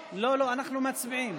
לא, לא, אנחנו מצביעים.